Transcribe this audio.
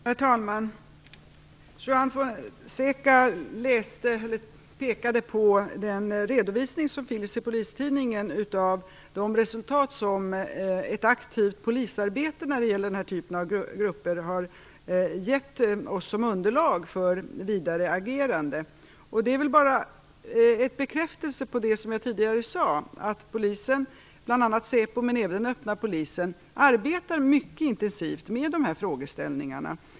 Herr talman! Juan Fonseca pekade på den redovisning som finns i Polistidningen av de resultat som ett aktivt polisarbete när det gäller den här typen av grupper har gett oss som underlag för vidare agerande. Det är väl bara en bekräftelse på det som jag tidigare sade, att bl.a. SÄPO men även den öppna polisen arbetar mycket intensivt med dessa frågeställningar.